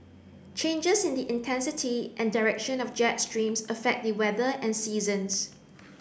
changes in the intensity and direction of jet streams affect the weather and seasons